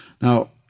Now